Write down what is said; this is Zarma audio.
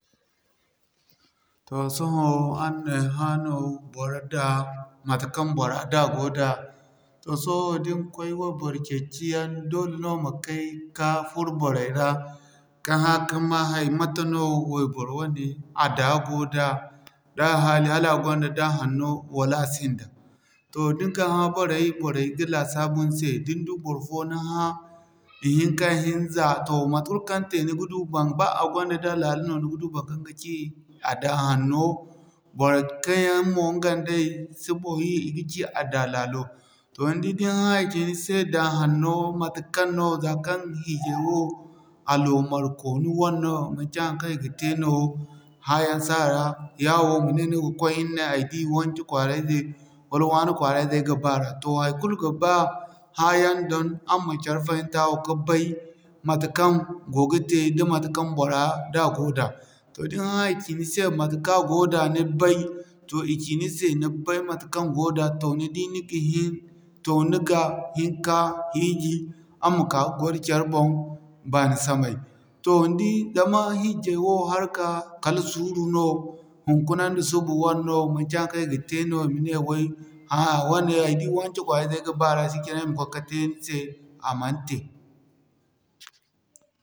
Toh sohõ araŋ na ay hã no, boro da, matekaŋ bora da go da. Toh sohõ da ni koy wayboro ceeci yaŋ doole no ma kay, ka furo boray ra ka haŋ ka ma hay, mate no bor wane, a daa go da, da haali hala a gonda daa hanno wala a sinda. Toh da ni ka hã boray, boray ga laasabu ni se da ni du barfo ni hã, ihinka, ihinza, toh mate kulu kaŋ te ni ga du barfo ba a gonda daa laalo no ni ga du baŋkaŋ ga cii a daa hanno, boray kaŋ yaŋ mo ɲganday boori i ga ci a da laalo. Toh ni di da ni hã i ci ni se daa hanno, matekaŋ no za kaŋ hiijay wo aloomar kooni wane no, manci haŋkaŋ i ga te no hã yaŋ si a ra, yawo mane ni ga koy ne, ay di wance kwaara ize, wala wane kwaara ize ay ga baara. Toh haikulu ga ba hã yaŋ doŋ araŋ ma care fahimtawa ka bay, matekaŋ go ga te da matekaŋ bora daa go da. Toh da ni hã i ci ni se matekaŋ a go da ni bay, toh i ci ni se ni bay matekaŋ go da toh ni di ni ga hin, toh ni ga hin ka hiiji araŋ ma ka gwaro care boŋ baani samay. Toh ni di, zama hiijay wo haraka kala suuru no, hunkuna nda suba wane no manci haŋkaŋ i ga te no i ma ne way a'a wane ay di wance kwaara ize ay ga baara shikenan i ma koy ka te ni se, a mana te.